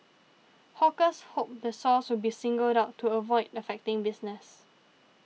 Hawkers hoped the source will be singled out to avoid affecting business